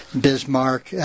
Bismarck